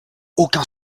aucun